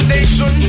nation